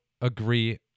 agree